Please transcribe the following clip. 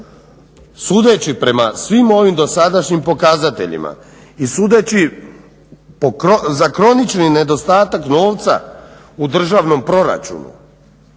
Sudeći prema svim ovim dosadašnjim pokazateljima i sudeći za kronični nedostatak novca u državnom proračunu,